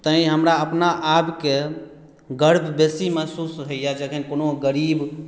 तैं हमरा अपना आपकेँ गर्व बेसी महसूस होइया जखन कोनो गरीब